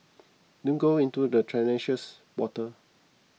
don't go into the treacherous water